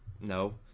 no